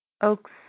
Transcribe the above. oaks